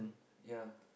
ya